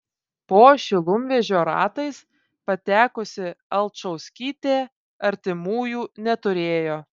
po šilumvežio ratais patekusi alčauskytė artimųjų neturėjo